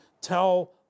tell